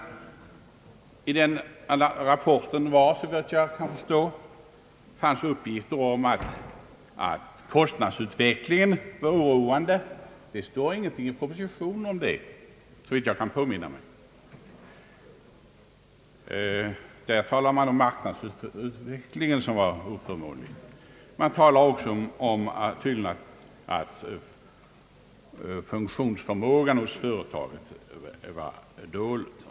En nyhet är att rapportens uppgifter om kostnadsutvecklingen var oroande; det kan jag inte påminna mig ha sett någonting om i propositionen. I den sägs det, att marknadsutvecklingen varit oförmånlig, att funktionsförmågan hos företaget varit dålig.